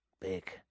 Big